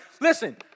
Listen